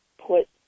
put